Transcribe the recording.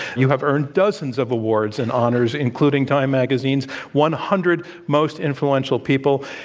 you have earned dozens of awards and honors including time magazine's one hundred most influential people.